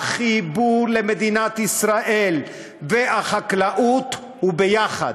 החיבור למדינת ישראל והחקלאות הוא ביחד.